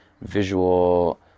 visual